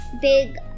big